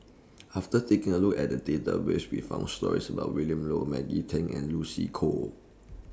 after taking A Look At The Database We found stories about Willin Low Maggie Teng and Lucy Koh